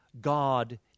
God